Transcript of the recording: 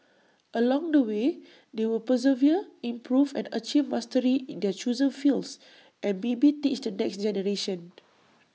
along the way they will persevere improve and achieve mastery in their chosen fields and maybe teach the next generation